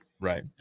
right